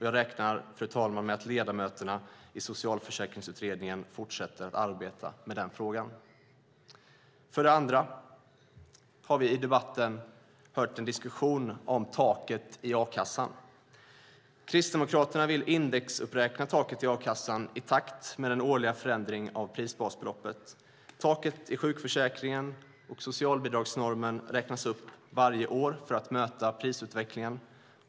Jag räknar med att ledamöterna i Socialförsäkringsutredningen fortsätter att arbeta med den frågan. Vi har i debatten hört en diskussion om taket i a-kassan. Kristdemokraterna vill indexuppräkna taket i a-kassan i takt med den årliga förändringen av prisbasbeloppet. Taket i sjukförsäkringen och socialbidragsnormen räknas upp varje år för att möta prisutvecklingen.